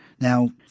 Now